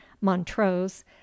montrose